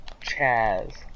Chaz